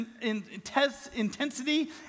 intensity